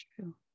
true